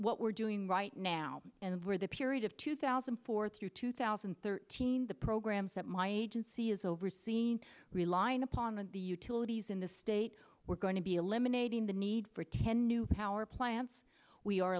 what we're doing right now and where the period of two thousand for through two thousand and thirteen the programs that my agency is overseen relying upon and the utilities in the state we're going to be eliminating the need for ten new power plants we are